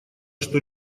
что